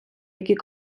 які